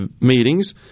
meetings